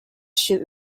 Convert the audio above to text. should